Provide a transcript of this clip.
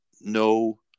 No